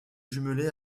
jumelée